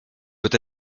peut